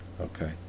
okay